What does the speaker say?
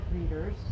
readers